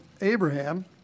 abraham